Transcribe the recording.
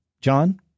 John